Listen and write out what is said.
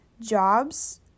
jobs